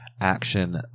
action